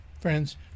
Friends